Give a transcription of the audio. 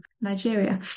Nigeria